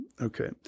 Okay